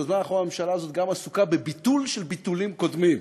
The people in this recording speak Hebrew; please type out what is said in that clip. בזמן האחרון הממשלה הזאת גם עסוקה בביטול של ביטולים קודמים,